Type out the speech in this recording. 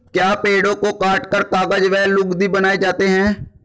क्या पेड़ों को काटकर कागज व लुगदी बनाए जाते हैं?